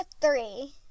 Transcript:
three